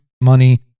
money